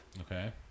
Okay